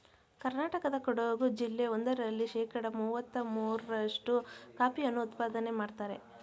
ಕರ್ನಾಟಕದ ಕೊಡಗು ಜಿಲ್ಲೆ ಒಂದರಲ್ಲೇ ಶೇಕಡ ಮುವತ್ತ ಮೂರ್ರಷ್ಟು ಕಾಫಿಯನ್ನು ಉತ್ಪಾದನೆ ಮಾಡ್ತರೆ